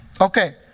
Okay